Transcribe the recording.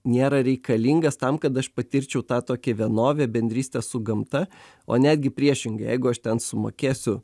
nėra reikalingas tam kad aš patirčiau tą tokį vienovę bendrystę su gamta o netgi priešingai jeigu aš ten sumokėsiu